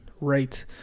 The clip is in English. Right